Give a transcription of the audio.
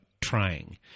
trying